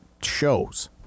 shows